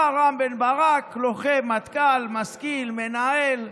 אתה, רם בן ברק, לוחם מטכ"ל, משכיל, מנהל,